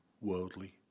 worldly